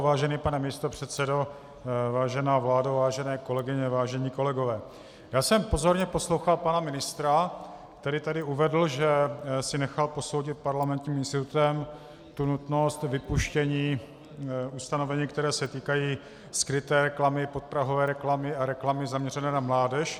Vážený pane místopředsedo, vážená vládo, vážené kolegyně, vážení kolegové, já jsem pozorně poslouchal pana ministra, který tady uvedl, že si nechal posoudit Parlamentním institutem nutnost vypuštění ustanovení, která se týkají skryté reklamy, podprahové reklamy a reklamy zaměřené na mládež.